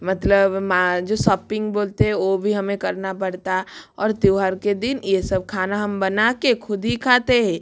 मतलब जो सोपिंग बोलते हैं वो भी हमें करना पड़ता है और त्यौहार के दिन ये सब खाना हम बना के ख़ुद ही खाते हैं